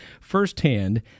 firsthand